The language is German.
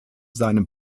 seinem